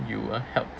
you were helped